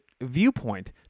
viewpoint